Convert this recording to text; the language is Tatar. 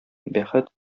бәхет